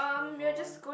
move on